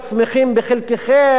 וכמה טובים אנחנו.